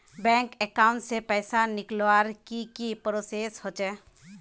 Bank account से पैसा निकालवर की की प्रोसेस होचे?